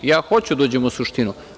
Ja hoću da uđem u suštinu.